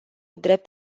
drept